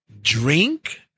drink